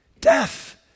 Death